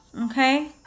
Okay